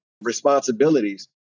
responsibilities